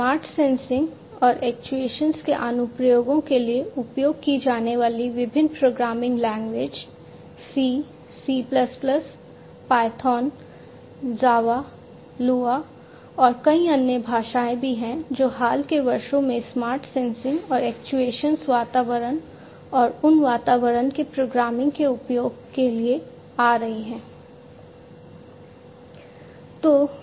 smart sensing वातावरण और उन वातावरण के प्रोग्रामिंग में उपयोग के लिए आ रही हैं